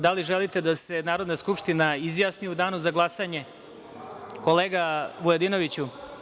Da li želite da se Narodna skupština izjasni u Danu za glasanje, kolega Vujadinoviću?